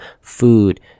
food